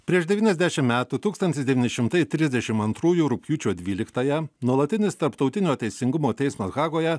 prieš devyniasdešim metų tūkstantis devyni šimtai trisdešim antrųjų rugpjūčio dvyliktąją nuolatinis tarptautinio teisingumo teismas hagoje